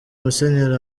musenyeri